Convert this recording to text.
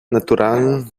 natural